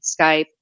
Skype